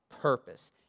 Purpose